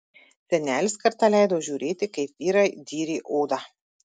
senelis kartą leido žiūrėti kaip vyrai dyrė odą